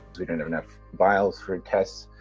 we don't have enough vials for and tests,